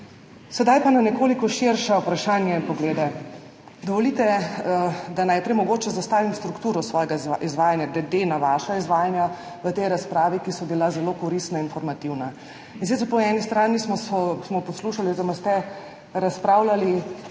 Zdaj pa na nekoliko širša vprašanja in poglede. Dovolite, da najprej zastavim strukturo svojega izvajanja glede na vaša izvajanja v tej razpravi, ki so bila zelo koristna, informativna, in sicer, po eni strani smo poslušali oziroma ste razpravljali